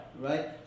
Right